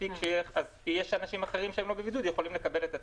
אז אנשים אחרים שהם לא בבידוד יכולים לקבל את הטכנאי.